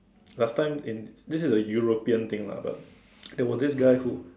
last time in this is a European thing lah but there was this guy who